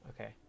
Okay